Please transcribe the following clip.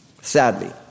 sadly